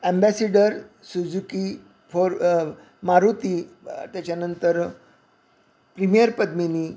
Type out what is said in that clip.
ambassador Suzuki for Maruti त्याच्यानंतर Premier Padmini